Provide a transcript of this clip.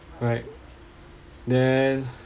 right then